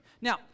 Now